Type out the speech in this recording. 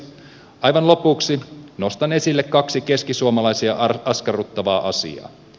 aivan lopuksi nostan esille kaksi keskisuomalaisia askarruttavaa asiaa